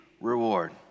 reward